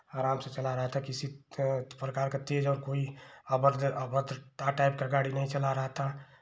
आराम से चला रहा था किसी प्रकार का तेज़ और कोई अभद्र अभद्रता टाइप का गाड़ी नहीं चला रहा था